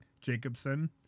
Jacobson